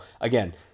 again